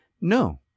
No